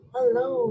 Hello